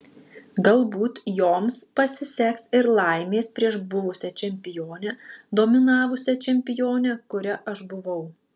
galbūt joms pasiseks ir laimės prieš buvusią čempionę dominavusią čempionę kuria aš buvau